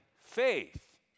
faith